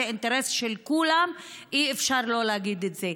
זה אינטרס של כולם, ואי-אפשר לא להגיד את זה.